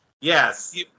Yes